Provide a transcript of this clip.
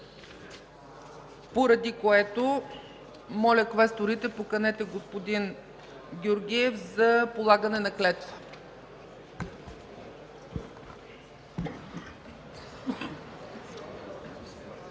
поради което моля квесторите, поканете господин Георгиев за полагане на клетва.